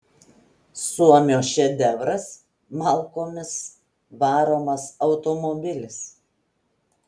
suomio šedevras malkomis varomas automobilis